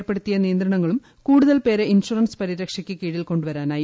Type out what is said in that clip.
ഏർപ്പെടുത്തിയ നിയന്ത്രണങ്ങളും കൂടുതൽ പേരെ ഇൻഷുറൻസ് പരിരക്ഷക്ക് കീഴിൽകൊണ്ടുവരാനായി